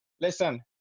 listen